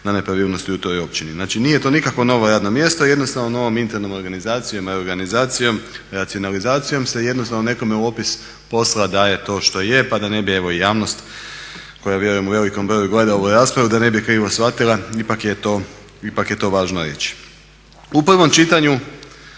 na nepravilnosti u toj općini. Znači, nije to nikakvo novo radno mjesto. Jednostavno novom internom organizacijom i reorganizacijom, racionalizacijom se jednostavno nekome u opis posla daje to što je. Pa da ne bi evo i javnost koja vjerujem u velikom broju gleda ovu raspravu da ne bi krivo shvatila ipak je to važno reći. U prvom čitanju